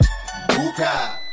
Buka